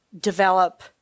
develop